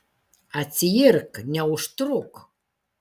atsiirk neužtruk